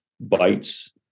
bites